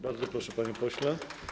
Bardzo proszę, panie pośle.